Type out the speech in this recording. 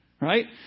Right